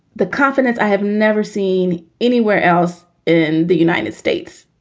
the confidence. i have never seen anywhere else in the united states.